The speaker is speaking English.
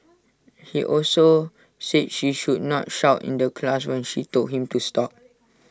he also said she should not shout in the class when she told him to stop